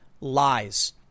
lies